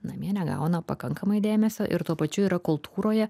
namie negauna pakankamai dėmesio ir tuo pačiu yra kultūroje